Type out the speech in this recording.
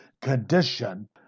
condition